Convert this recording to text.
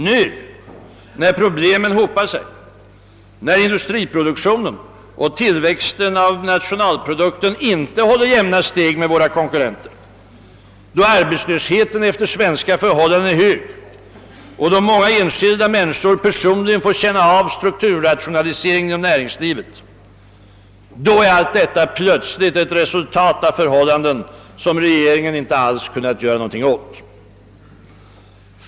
Nu — när problemen hopar sig, när industriproduktionen och tillväxten av nationalprodukten inte håller jämna steg med våra konkurrenters, då arbetslösheten efter svenska förhållanden är hög och många enskilda människor personligen får känna av strukturrationaliseringen inom näringslivet — är allt detta plötsligt ett resultat av förhållanden som regeringen inte kunnat göra något åt.